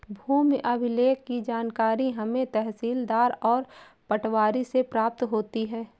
भूमि अभिलेख की जानकारी हमें तहसीलदार और पटवारी से प्राप्त होती है